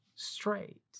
straight